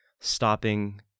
stopping